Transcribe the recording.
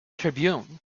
tribune